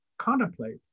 contemplate